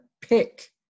pick